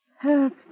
Help